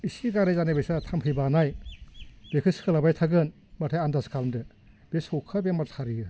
एसे गाराय जानाय बायसा थाम्फै बानाय बेखौ सोलाबाय थागोन होनबाथाय आन्दास खालामदो बे सबखा बेमारथार एयो